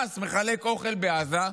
אז החמאס מחלק אוכל בעזה,